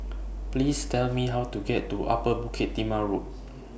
Please Tell Me How to get to Upper Bukit Timah Road